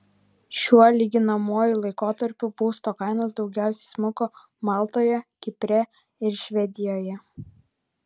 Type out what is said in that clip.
šiuo lyginamuoju laikotarpiu būsto kainos daugiausiai smuko maltoje kipre ir švedijoje